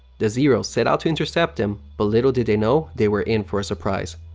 the zeros set out to intercept them, but little did they know, they were in for a surprise.